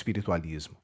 espiritualismo